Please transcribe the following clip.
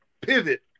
pivot